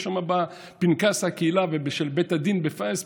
זה שם בפנקס הקהילה של בית הדין בפאס,